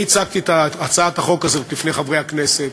אני הצגתי את הצעת החוק הזו בפני חברי הכנסת.